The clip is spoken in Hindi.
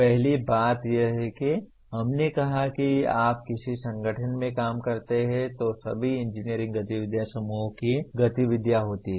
पहली बात यह है कि हमने कहा कि जब आप किसी संगठन में काम करते हैं तो सभी इंजीनियरिंग गतिविधियाँ समूह की गतिविधियाँ होती हैं